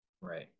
Right